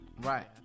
Right